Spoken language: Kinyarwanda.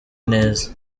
neza